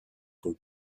for